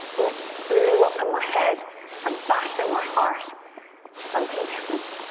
it blew up in my head and bashed in my heart something different.